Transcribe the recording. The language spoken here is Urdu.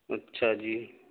اچھا جی